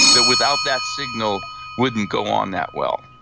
that without that signal wouldn't go on that well.